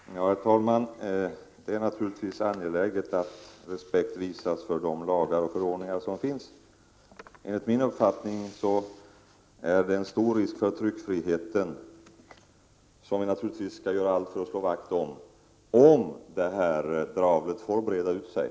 Prot. 1987/88:33 Herr talman! Det är naturligtvis angeläget att respekt visas för de lagar och 27 november 1987 förordningar som finns. Enligt min uppfattning är det en stor risk för Om tidpunkten för lagtryckfriheten — tryckfriheten skall vi naturligtvis göra allt för att slå vakt om — år Lo nd om det här dravlet får breda ut sig.